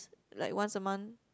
like once a month